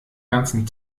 ganzen